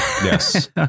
Yes